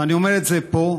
ואני אומר את זה פה: